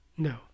No